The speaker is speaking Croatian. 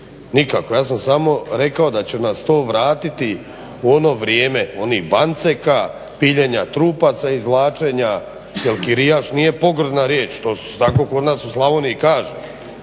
nikako, ja sam samo rekao da će nas to vratiti u ono vrijeme, onih banceka, piljenja trupaca, izvlačenja jer kirijaš nije pogrdna riječ, to se tako kod nas u Slavoniji kaže.